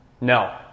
No